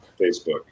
Facebook